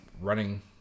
running